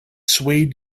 swayed